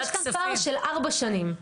יש כאן פער של ארבע שנים.